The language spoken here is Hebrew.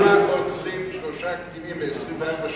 למה הם עוצרים שלושה קטינים ל-24 שעות,